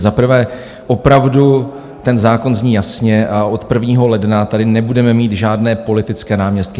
Za prvé, opravdu ten zákon zní jasně a od 1. ledna tady nebudeme mít žádné politické náměstky.